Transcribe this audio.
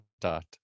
dot